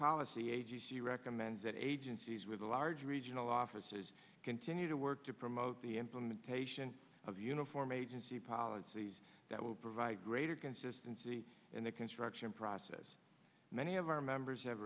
agency recommends that agencies with the larger regional offices continue to work to promote the implementation of uniform agency policies that will provide greater consistency in the construction process many of our members have